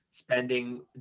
spending